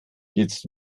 jetzt